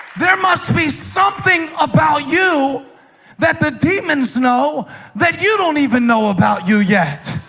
there must be something about you that the demons know that you don't even know about you yet.